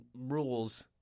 rules